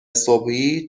صبحی